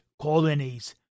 colonies